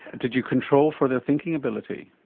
did you control for their thinking ability?